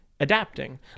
adapting